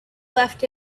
left